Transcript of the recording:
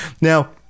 Now